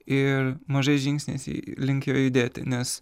ir mažais žingsniais link jo judėti nes